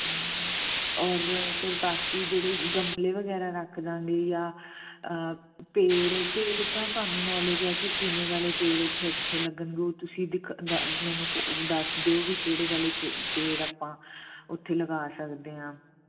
ਔਰ ਫਿਰ ਬਾਕੀ ਜਿਹੜੇ ਗਮਲੇ ਵਗੈਰਾ ਰੱਖ ਦਿਆਂਗੇ ਜਾਂ ਪੇੜ ਪੇੜ ਤਾਂ ਤੁਹਾਨੂੰ ਨੌਲੇਜ ਹੈ ਕਿ ਕਿਵੇਂ ਵਾਲੇ ਪੇੜ ਉਥੇ ਅੱਛੇ ਲੱਗਣਗੇ ਉਹ ਤੁਸੀਂ ਮੈਨੂੰ ਦੱਸ ਦਿਓ ਵੀ ਕਿਹੜੇ ਵਾਲੇ ਪੇੜ ਆਪਾਂ ਉਥੇ ਲਗਾ ਸਕਦੇ ਹਾਂ